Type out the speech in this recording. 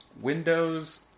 windows